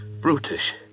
brutish